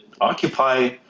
occupy